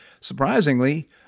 Surprisingly